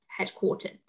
headquartered